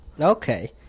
Okay